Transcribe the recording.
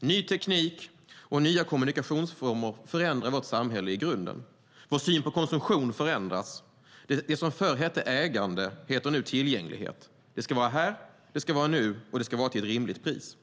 Ny teknik och nya kommunikationsformer förändrar vårt samhälle i grunden. Vår syn på konsumtion förändras. Det som förr hette ägande heter nu tillgänglighet. Det ska vara här och nu till ett rimligt pris.